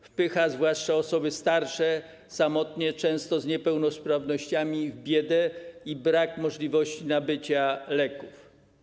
Wpycha, zwłaszcza osoby starsze, samotne, często z niepełnosprawnościami, w biedę i brak możliwości nabycia leków.